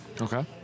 Okay